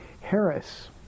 Harris